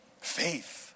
Faith